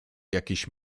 jakiejś